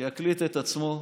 שיקליט את עצמו,